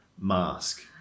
mask